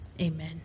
amen